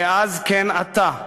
כאז כן עתה,